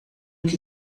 que